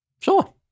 Sure